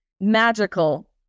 magical